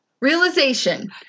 realization